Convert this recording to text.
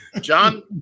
John